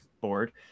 board